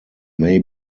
may